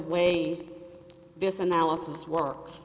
way this analysis works